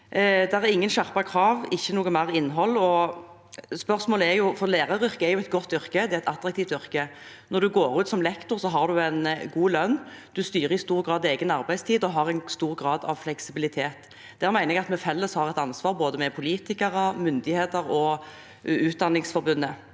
Det er ingen skjerpede krav og ikke noe mer innhold. Læreryrket er et godt yrke, det er et attraktivt yrke. Når du går ut som lektor, har du en god lønn, du styrer i stor grad egen arbeidstid og har en stor grad av fleksibilitet. Jeg mener at vi har et felles ansvar, både politikere, myndigheter og Utdanningsforbundet,